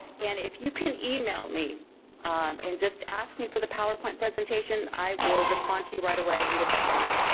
and if you can email me and just ask me for the powerpoint presentation, i will respond to you right away and get that to you.